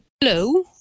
Hello